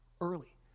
early